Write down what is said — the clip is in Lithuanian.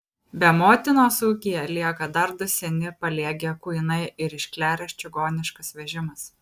be motinos ūkyje lieka dar du seni paliegę kuinai ir iškleręs čigoniškas vežimas